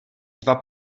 dva